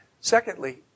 Secondly